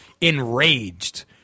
enraged